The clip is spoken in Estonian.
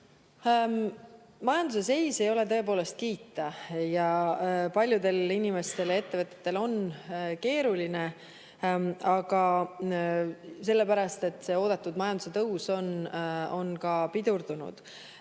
Majanduse seis ei ole tõepoolest kiita. Paljudel inimestel ja ettevõtetel on keeruline selle pärast, et oodatud majanduse tõus on pidurdunud.